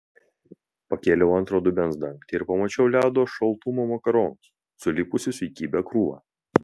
pakėliau antro dubens dangtį ir pamačiau ledo šaltumo makaronus sulipusius į kibią krūvą